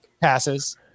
passes